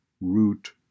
root